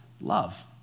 love